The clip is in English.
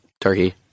turkey